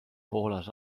poolas